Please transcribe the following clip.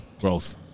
Growth